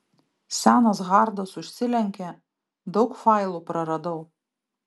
senas hardas užsilenkė daug failų praradau